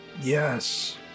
Yes